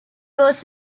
was